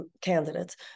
candidates